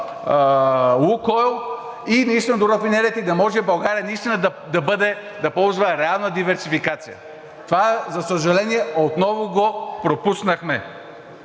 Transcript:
„Лукойл“, до рафинерията, и да може България наистина да ползва реална диверсификация. Това, за съжаление, отново го пропуснахме.